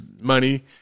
money